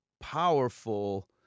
powerful